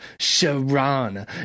Sharon